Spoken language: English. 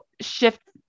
shift